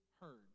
heard